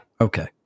okay